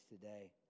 today